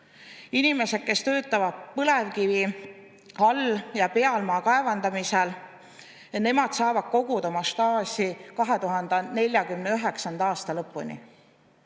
Inimesed, kes töötavad põlevkivi all‑ ja pealmaakaevandamisel, saavad koguda oma staaži 2049. aasta lõpuni.